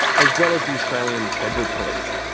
as well as the australian federal police.